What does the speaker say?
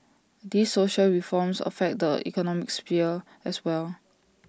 these social reforms affect the economic sphere as well